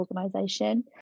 organisation